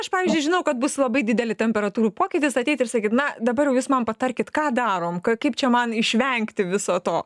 aš pavyzdžiui žinau kad bus labai dideli temperatūrų pokytis ateit ir sakyt na dabar jūs man patarkit ką darom kaip čia man išvengti viso to